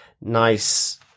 nice